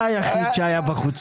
אתה היחיד שהיה בחוץ.